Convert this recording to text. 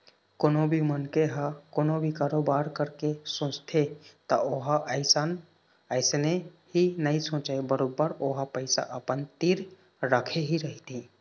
कोनो भी मनखे ह कोनो भी कारोबार करे के सोचथे त ओहा अइसने ही नइ सोचय बरोबर ओहा पइसा अपन तीर रखे ही रहिथे